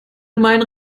meinen